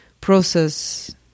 process